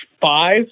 Five